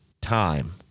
time